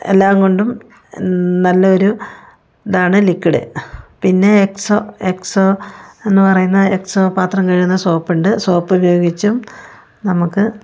എല്ലാം കൊണ്ടും നല്ലൊരു ഇതാണ് ലിക്വിഡ് പിന്നെ എക്സോ എക്സോ എന്ന് പറയുന്ന എക്സോ പാത്രം കഴുകുന്ന സോപ്പ് ഉണ്ട് സോപ്പുപയോഗിച്ചും നമുക്ക്